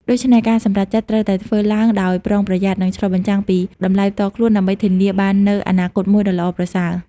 ដូច្នេះ ការសម្រេចចិត្តត្រូវតែធ្វើឡើងដោយប្រុងប្រយ័ត្ន និងឆ្លុះបញ្ចាំងពីតម្លៃផ្ទាល់ខ្លួន ដើម្បីធានាបាននូវអនាគតមួយដ៏ល្អប្រសើរ។